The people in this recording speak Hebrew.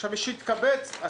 שזה התייקרויות.